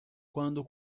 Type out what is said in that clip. quando